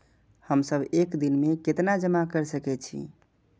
हम सब एक दिन में केतना जमा कर सके छी?